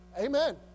Amen